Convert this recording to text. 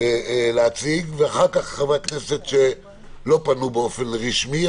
להציג ואחר כך לחברי הכנסת שלא פנו באופן רשמי.